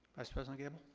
vice president gabel?